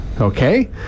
Okay